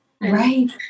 Right